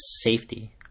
safety